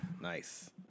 nice